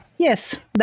Yes